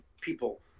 people